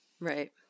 Right